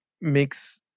makes